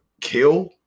kill